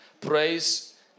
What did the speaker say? praise